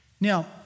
Now